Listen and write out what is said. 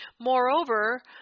Moreover